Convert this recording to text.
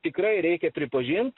tikrai reikia pripažint